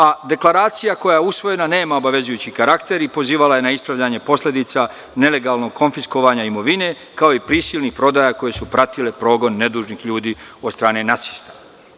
A, Deklaracija koja je usvojena nema obavezujući karakter i pozivala je na ispravljanje posledica nelegalnog konfiskovanje imovine, kao i prisilnih prodaja koje su pratile progon nedužnih ljudi od strane nacista.